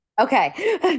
Okay